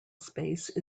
space